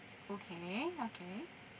okay okay